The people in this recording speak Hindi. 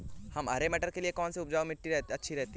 हरे मटर के लिए कौन सी उपजाऊ मिट्टी अच्छी रहती है?